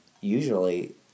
usually